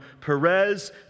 Perez